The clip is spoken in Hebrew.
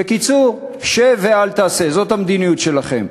בקיצור, שב ואל תעשה, זאת המדיניות שלכם.